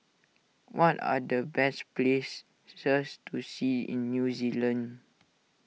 what are the best places to see in New Zealand